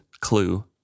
clue